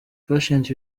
patient